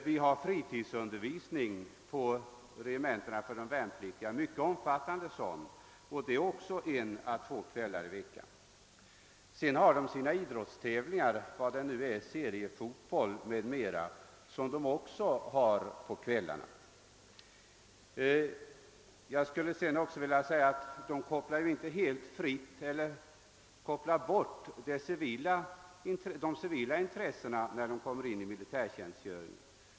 Det förekommer en mycket omfattande fritidsundervisning för de värnpliktiga på regementena; den bedrivs också en eller två kvällar i veckan. Vidare förekommer det idrottsutövning, t.ex. i form av seriefotboll, på kvällarna. De värnpliktiga kopplar inte heller helt bort sina civila intressen när de kommer in i militärtjänstgöringen.